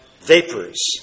vapors